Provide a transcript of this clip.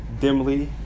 dimly